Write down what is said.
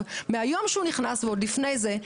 מהיום שהוא נכנס לתפקידו ועוד לפני זה,